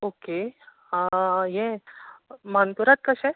okay अं हें मानकुराद कशे